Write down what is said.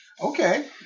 Okay